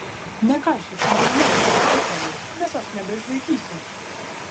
nekaišiok čia man amelijos alfredai nes aš nebeišlaikysiu